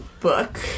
book